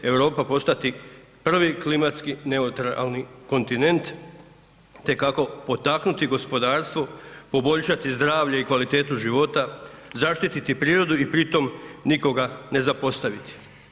Europa postati prvi klimatski neutralni kontinent te kako potaknuti gospodarstvo, poboljšati zdravlje i kvalitetu života, zaštiti prirodu i pri tom nikoga ne zapostaviti.